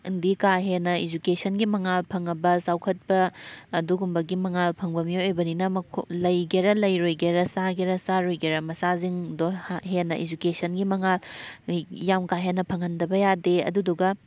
ꯗꯤ ꯀꯥ ꯍꯦꯟꯅ ꯏꯖꯨꯀꯦꯁꯟꯒꯤ ꯃꯉꯥꯜ ꯐꯪꯉꯕ ꯆꯥꯎꯈꯠꯄ ꯑꯗꯨꯒꯨꯝꯕꯒꯤ ꯃꯉꯥꯜ ꯐꯪꯕ ꯃꯤꯑꯣꯏ ꯑꯣꯏꯕꯅꯤꯅ ꯂꯩꯒꯦꯔꯥ ꯂꯩꯔꯣꯏꯒꯦꯔꯥ ꯆꯥꯒꯦꯔꯥ ꯆꯥꯔꯣꯏꯒꯦꯔꯥ ꯃꯆꯥꯁꯤꯡꯗꯣ ꯍꯦꯟꯅ ꯏꯖꯨꯀꯦꯁꯟꯒꯤ ꯃꯉꯥꯜ ꯌꯥꯝ ꯀꯥ ꯍꯦꯟꯅ ꯐꯪꯍꯟꯗꯕ ꯌꯥꯗꯦ ꯑꯗꯨꯗꯨꯒ